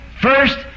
First